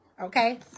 okay